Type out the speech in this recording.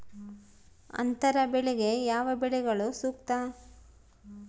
ಅಂತರ ಬೆಳೆಗೆ ಯಾವ ಬೆಳೆಗಳು ಸೂಕ್ತ?